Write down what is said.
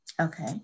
Okay